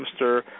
Mr